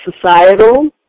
societal